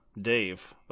Dave